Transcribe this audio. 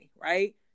right